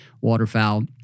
waterfowl